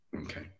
Okay